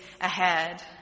ahead